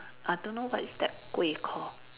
I don't know what is that kuih called